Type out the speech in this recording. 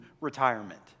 retirement